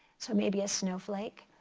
so maybe a snowflake.